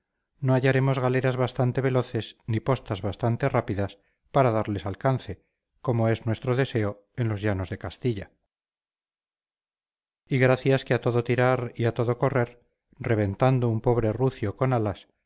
no hallaremos galeras bastante veloces ni postas bastante rápidas para darles alcance como es nuestro deseo en los llanos de castilla y gracias que a todo tirar y a todo correr reventando un pobre rucio con alas